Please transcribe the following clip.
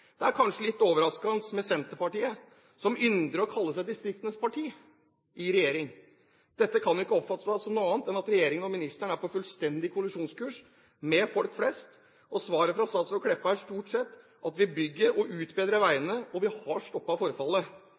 Det er kanskje litt overraskende med Senterpartiet, som ynder å kalle seg distriktenes parti, i regjering. Dette kan ikke oppfattes som noe annet enn at regjeringen og ministeren er på fullstendig kollisjonskurs med folk flest. Og svaret fra statsråd Meltveit Kleppa er stort sett at vi bygger og utbedrer veiene, og at vi har stoppet forfallet.